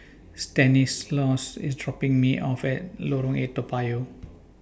Stanislaus IS dropping Me off At Lorong eight Toa Payoh